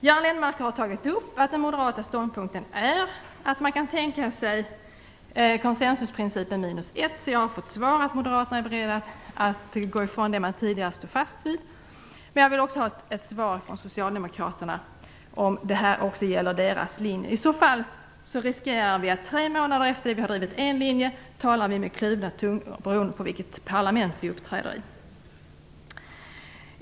Göran Lennmarker har tagit upp att den moderata ståndpunkten är att man kan tänka sig konsensusprincipen minus ett. Därigenom har jag fått beskedet att moderaterna är beredda att frångå det man tidigare stod fast vid. Men jag vill också ha ett besked från socialdemokraterna om detta också är deras linje. I så fall riskerar vi att tre månader efter att vi har drivit en linje tala med kluvna tungor, beroende på vilket parlament vi uppträder i.